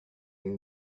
you